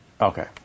Okay